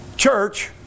church